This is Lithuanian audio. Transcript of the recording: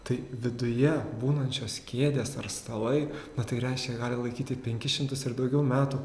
tai viduje būnančios kėdės ar stalai na tai reiškia gali laikyt ir penkis šimtus ir daugiau metų